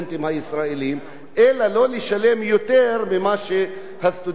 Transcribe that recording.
אלא לא לשלם יותר ממה שהסטודנטים הישראלים משלמים.